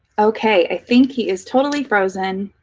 ok. i think he is totally frozen.